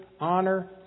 Honor